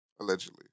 Allegedly